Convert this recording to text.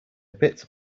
bit